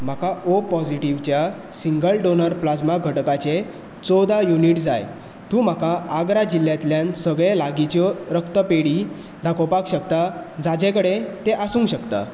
म्हाका O positive single donor plasma घटकाचे चवदा युनिट जाय तूं म्हाका आग्रा जिल्ल्यांतल्यान सगळें लागींच्यो रक्तपेडी दाखोवपाक शकता जांचे कडेन तें आसूंक शकता